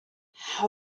how